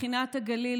מכינת הגליל,